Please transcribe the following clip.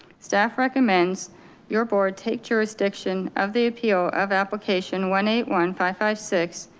staff recommends your board. take jurisdiction of the appeal of application one eight one five five six,